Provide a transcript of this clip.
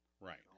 Right